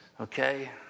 Okay